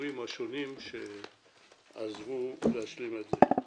הציבוריים השונים שעזרו להשלים את זה.